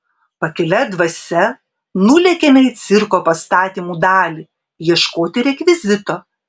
pakilia dvasia nulėkėme į cirko pastatymų dalį ieškoti rekvizito